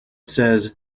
says